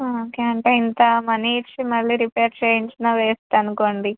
okay అంటే ఇంత money ఇచ్చి మళ్ళి రిపేర్ చేయించిన వేస్ట్ అనుకోండి